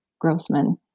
Grossman